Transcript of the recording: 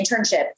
internship